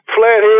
flathead